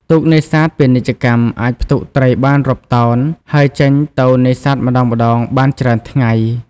ទូកនេសាទពាណិជ្ជកម្ម អាចផ្ទុកត្រីបានរាប់តោន ហើយចេញទៅនេសាទម្តងៗបានច្រើនថ្ងៃ។